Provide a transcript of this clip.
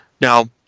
Now